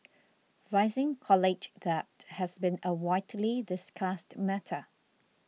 rising college debt has been a widely discussed matter